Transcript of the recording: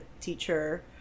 teacher